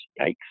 Yikes